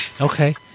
Okay